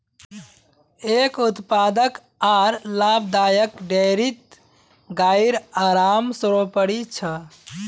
एक उत्पादक आर लाभदायक डेयरीत गाइर आराम सर्वोपरि छ